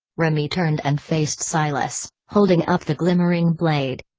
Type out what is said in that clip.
remy turned and faced silas, holding up the glimmering blade.